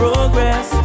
Progress